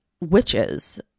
witches